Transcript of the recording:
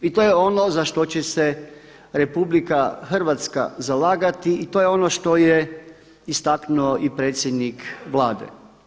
I to je ono za što će se RH zalagati i to je ono što je istaknuo i predsjednik Vlade.